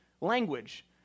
language